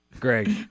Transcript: Greg